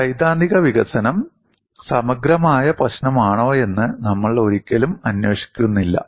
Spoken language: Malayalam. സൈദ്ധാന്തിക വികസനം സമഗ്രമായ പ്രശ്നമാണോയെന്ന് നമ്മൾ ഒരിക്കലും അന്വേഷിക്കുന്നില്ല